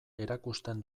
erakusten